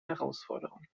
herausforderung